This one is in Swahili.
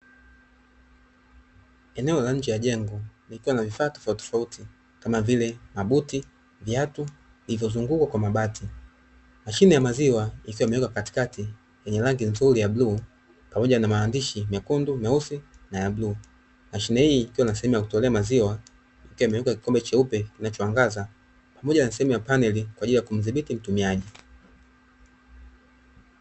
Eneo la nje ya jengo likiwa na Vifaa tofauti tofauti ikiwa ni mabuti , viatu, vilivyozuungwa na mabati. Mashine ya maziwa ikiwa imewekwa katika, yenye rangi nzuri ya buku pamoja na maandishi mekundu meusi na ya bluu, Mashine hii ikiwa na sehemu ya kutolea maziwa na kikombe cheupe kinachoangaza , pamoja na sehemu ya paneli kwa ajili ya kumzibiti mtumiaji.